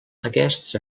aquests